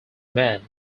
men